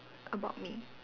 about me